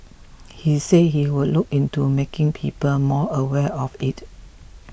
he said he would look into making people more aware of it